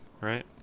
right